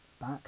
back